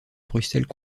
bruxelles